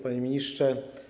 Panie Ministrze!